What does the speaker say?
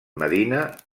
medina